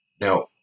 Now